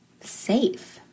safe